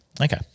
Okay